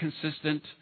consistent